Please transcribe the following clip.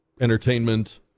entertainment